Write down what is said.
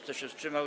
Kto się wstrzymał?